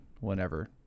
whenever